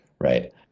right